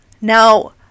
Now